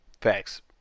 Facts